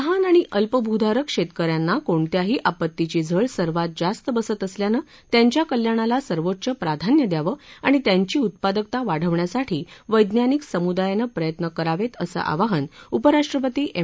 लहान आणि अल्पभूधारक शेतकऱ्यांना कोणत्याही आपत्तीची झळ सर्वात जास्त बसत असल्यानं त्यांच्या कल्याणाला सर्वोच्च प्राधान्य द्यावं आणि त्यांची उत्पादकता वाढवण्यासाठी वैज्ञानिक समुदायानं प्रयत्न करावेत असं आवाहन उपराष्ट्रपती एम